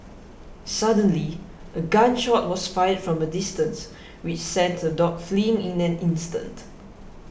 suddenly a gun shot was fired from a distance which sent the dogs fleeing in an instant